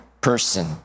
person